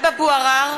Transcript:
עמיר פרץ,